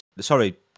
Sorry